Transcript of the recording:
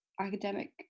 academic